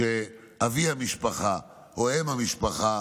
כשאבי המשפחה או אם המשפחה